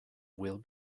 will